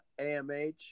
amh